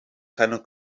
keiner